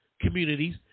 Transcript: communities